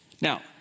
Now